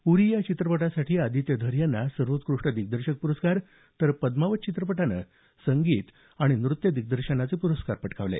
उरी या चित्रपटासाठी आदित्य धर यांना सर्वोत्कृष्ट दिग्दर्शक प्रस्कार तर पद्मावत चित्रपटानं संगीत आणि नृत्य दिग्दर्शनाचे प्रस्कार पटकावले